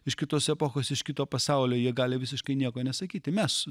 iš kitos epochos iš kito pasaulio jie gali visiškai nieko nesakyti mes